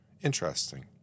Interesting